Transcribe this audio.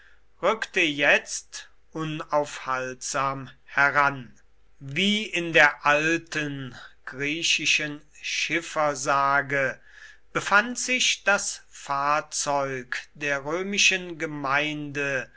rückte jetzt unaufhaltsam heran wie in der alten griechischen schiffersage befand sich das fahrzeug der römischen gemeinde